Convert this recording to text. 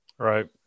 Right